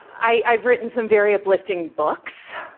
i've written some very uplifting books,